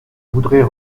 voudrais